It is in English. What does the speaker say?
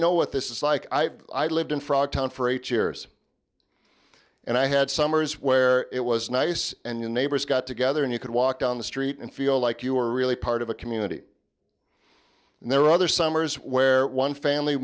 know what this is like i lived in frogtown for eight years and i had summers where it was nice and your neighbors got together and you could walk down the street and feel like you are really part of a community and there were other summers where one family